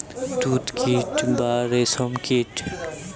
তুত কীট বা রেশ্ম কীট